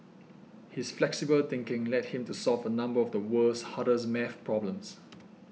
his flexible thinking led him to solve a number of the world's hardest math problems